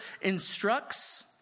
instructs